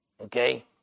okay